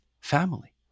family